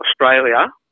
Australia